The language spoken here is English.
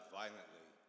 violently